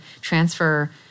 transfer